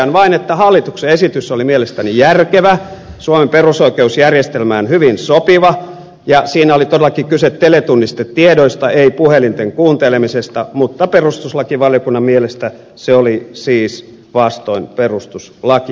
totean vain että hallituksen esitys oli mielestäni järkevä suomen perusoikeusjärjestelmään hyvin sopiva ja siinä oli todel lakin kyse teletunnistetiedoista ei puhelinten kuuntelemisesta mutta perustuslakivaliokunnan mielestä se oli siis vastoin perustuslakia